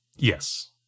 yes